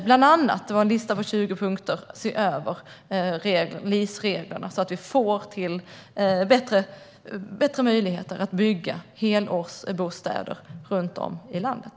Bland annat ska vi se över LIS-reglerna så att vi får till större möjligheter att bygga helårsbostäder runt om i landet.